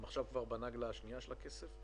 הם עכשיו כבר בנגלה השנייה של הכסף.